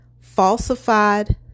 falsified